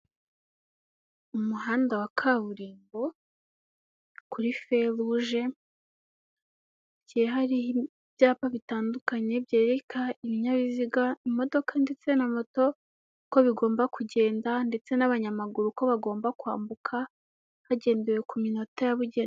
Umuhanda wa kaburimbo kuri feu rouge, hagiye hari ibyapa bitandukanye byereka ibinyabiziga, imodoka ndetse na moto ko bigomba kugenda ndetse n'abanyamaguru uko bagomba kwambuka hagendewe ku minota...